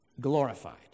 glorified